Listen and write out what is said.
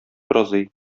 разый